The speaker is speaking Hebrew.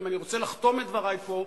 אם אני רוצה לחתום את דברי פה,